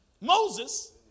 Moses